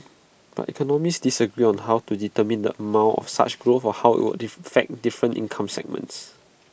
but economists disagree on how to determine the amount of such growth or how IT would different income segments